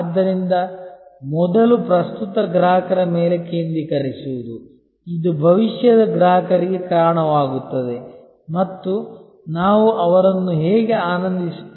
ಆದ್ದರಿಂದ ಮೊದಲು ಪ್ರಸ್ತುತ ಗ್ರಾಹಕರ ಮೇಲೆ ಕೇಂದ್ರೀಕರಿಸುವುದು ಇದು ಭವಿಷ್ಯದ ಗ್ರಾಹಕರಿಗೆ ಕಾರಣವಾಗುತ್ತದೆ ಮತ್ತು ನಾವು ಅವರನ್ನು ಹೇಗೆ ಆನಂದಿಸುತ್ತೇವೆ